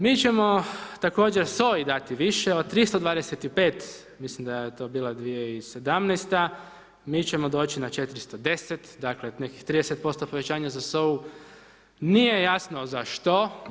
Mi ćemo također SOA-i dati više od 325, mislim da je to bila 217, mi ćemo doći na 410, dakle nekih 30% povećanja za SOA-u, nije jasno za što.